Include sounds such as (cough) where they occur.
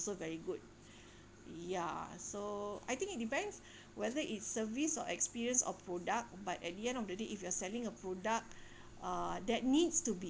~so very good (breath) ya so I think it depends whether its service or experience of product but at the end of the day if you are selling a product uh that needs to be